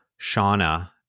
Shauna